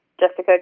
Jessica